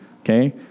okay